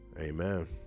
Amen